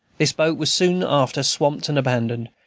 this boat was soon after swamped and abandoned,